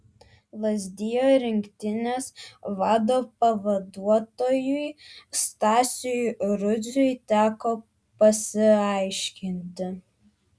lazdijų rinktinės vado pavaduotojui stasiui rudziui teko pasiaiškinti